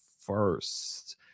first